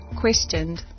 questioned